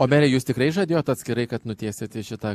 o mere jūs tikrai žadėjot atskirai kad nutiest šitą